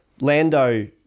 Lando